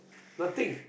nothing